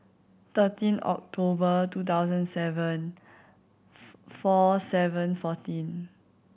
thirteen October two thousand seven four seven fourteen